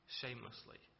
shamelessly